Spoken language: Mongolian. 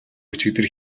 өчигдөр